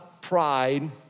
pride